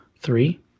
Three